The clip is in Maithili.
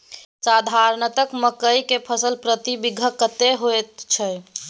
साधारणतया मकई के फसल प्रति बीघा कतेक होयत छै?